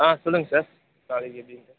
ஆ சொல்லுங்க சார்